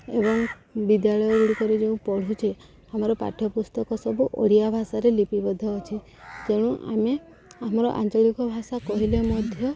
ଏବଂ ବିଦ୍ୟାଳୟ ଗୁଡ଼ିକରେ ଯେଉଁ ପଢ଼ୁଛେ ଆମର ପାଠ୍ୟପୁସ୍ତକ ସବୁ ଓଡ଼ିଆ ଭାଷାରେ ଲିପିବଦ୍ଧ ଅଛି ତେଣୁ ଆମେ ଆମର ଆଞ୍ଚଳିକ ଭାଷା କହିଲେ ମଧ୍ୟ